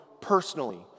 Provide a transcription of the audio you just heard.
personally